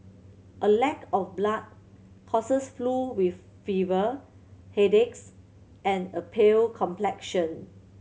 a lack of blood causes flu with fever headaches and a pale complexion